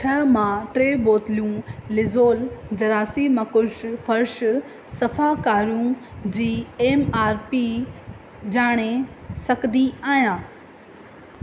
छा मां टे बोतलूं लिज़ोल जरासीमकुश फ़र्श सफ़ाकार जी एम आर पी जाणे सघंदी आहियां